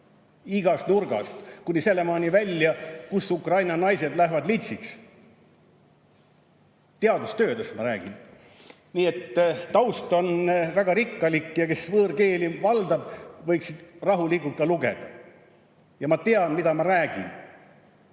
igast nurgast kuni sinnamaani välja, kus Ukraina naised lähevad litsiks. Teadustöödest ma räägin. Nii et taust on väga rikkalik ja kes võõrkeeli valdab, võiks rahulikult ka lugeda. Ja ma tean, mida ma räägin.